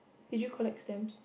did you collect stamps